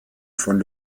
von